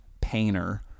painter